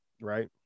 right